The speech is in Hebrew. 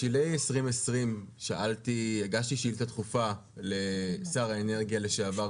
בשלהי 2020 הגשתי שאילתה דחופה לשר האנרגיה לשעבר,